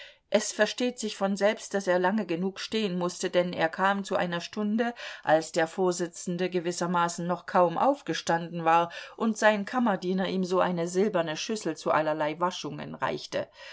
es versteht sich von selbst daß er lange genug stehen mußte denn er kam zu einer stunde als der vorsitzende gewissermaßen noch kaum aufgestanden war und sein kammerdiener ihm so eine silberne schüssel zu allerlei waschungen reichte